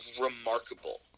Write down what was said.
remarkable